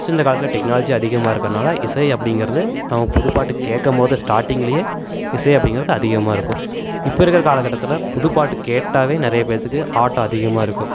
so இந்த காலத்தில் technology அதிகமாக இருக்கிறனால இசை அப்படிங்கறது நம்ம புதுப்பாட்டு கேட்கும்போது ஸ்டாட்டிங்லயே இசை அப்படிங்கறது அதிகமாக இருக்கும் இப்போ இருக்கிற காலகட்டத்தில் புதுப் பாட்டு கேட்டாலே நிறைய பேர்த்துக்கு ஆட்டம் அதிகமாக இருக்கும்